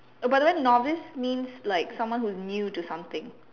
oh by the way novice means like someone who is new to something